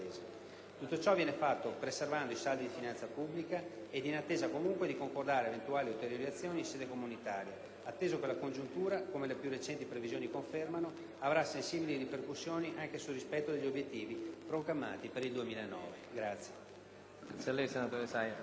Tutto ciò viene fatto preservando i saldi di finanza pubblica ed in attesa comunque di concordare eventuali ulteriori azioni in sede comunitaria, atteso che la congiuntura, come le più recenti previsioni confermano, avrà sensibili ripercussioni anche sul rispetto degli obiettivi programmati per il 2009.